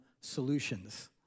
solutions